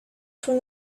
from